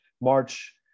March